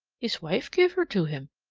his wife give her to him.